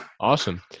Awesome